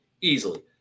easily